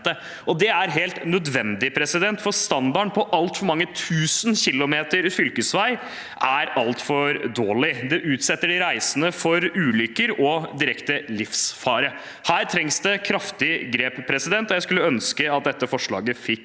Det er helt nødvendig, for standarden på altfor mange tusen kilometer fylkesvei er altfor dårlig. Det utsetter de reisende for ulykker og direkte livsfare. Her trengs det kraftige grep, og jeg skulle ønske at dette forslaget fikk